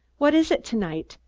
what is it to-night?